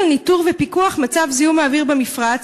לניטור ופיקוח מצב זיהום האוויר במפרץ,